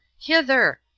Hither